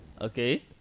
Okay